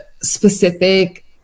specific